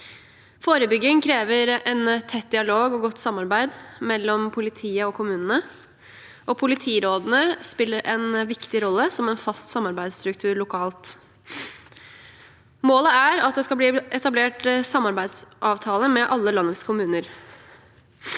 Forebygging krever en tett dialog og godt samarbeid mellom politiet og kommunene. Politirådene spiller en viktig rolle som en fast samarbeidsstruktur lokalt. Målet er at det skal bli etablert samarbeidsavtaler med alle landets kommuner.